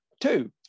two